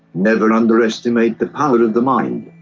never underestimate the power of the mind,